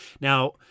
Now